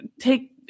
take